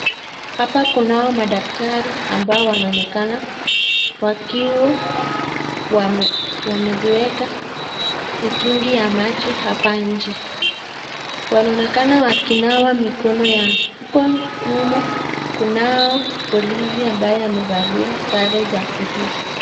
Hapa kunao madaktari ambao wanaonekana wakiwa wameziweka mitungi ya maji hapa nje. Wanaonekana wakinawa mikono yako. Uko nyuma kunao polisi ambaye amevalia sare za polisi.